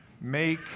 make